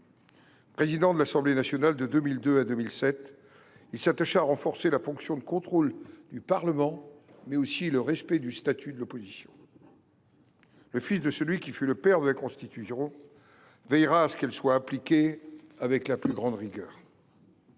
Président de l’Assemblée nationale de 2002 à 2007, il s’attacha à renforcer la fonction de contrôle du Parlement, mais aussi le respect du statut de l’opposition. Le fils de celui qui fut le père de la Constitution veillera à ce qu’elle soit appliquée avec la plus grande rigueur.